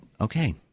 okay